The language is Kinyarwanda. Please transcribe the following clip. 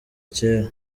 kera